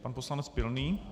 Pan poslanec Pilný.